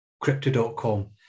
crypto.com